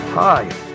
Hi